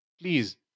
please